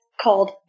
called